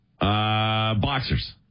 Boxers